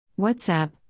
WhatsApp